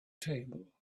table